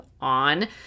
on